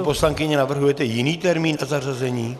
Paní poslankyně, navrhujete jiný termín na zařazení?